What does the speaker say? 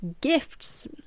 gifts